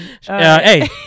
Hey